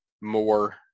more